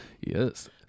yes